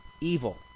evil